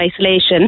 isolation